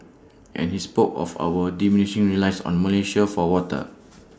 and he spoke of our diminishing reliance on Malaysia for water